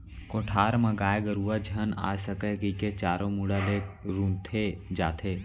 कोठार म गाय गरूवा झन आ सकय कइके चारों मुड़ा ले रूंथे जाथे